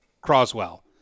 Croswell